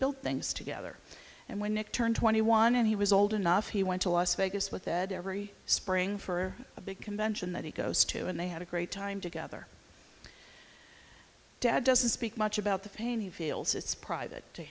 built things together and when nick turned twenty one and he was old enough he went to las vegas with ed every spring for a big convention that he goes to and they had a great time together dad doesn't speak much about the pain he feels it's private to